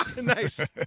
Nice